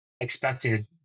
expected